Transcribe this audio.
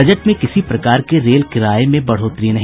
budget में किसी प्रकार के रेल किराये में बढ़ोतरी नहीं